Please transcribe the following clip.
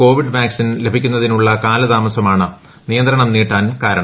Covid vaccine ലഭിക്കുന്നതിലുള്ള കാലതാമസമാണ് നിയന്ത്രണം നീട്ടാൻ കാരണം